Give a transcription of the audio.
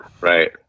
Right